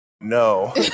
no